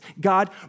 God